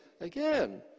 Again